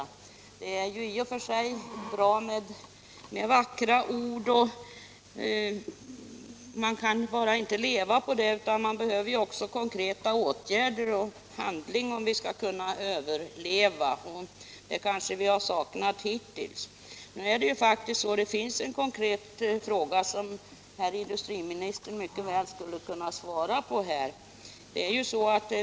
Vackra ord är visserligen i och för sig bra, men man kan inte leva bara på dem, utan det behövs också handling och konkreta åtgärder för att regionen skall kunna överleva. Det kanske är det vi har saknat hittills. Nu finns det faktiskt en konkret fråga som industriministern mycket väl skulle kunna svara på här.